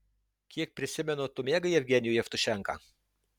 kiek prisimenu tu mėgai jevgenijų jevtušenką